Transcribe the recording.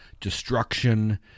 destruction